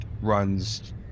runs